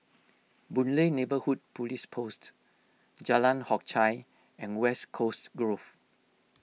Boon Lay Neighbourhood Police Post Jalan Hock Chye and West Coast Grove